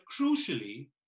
crucially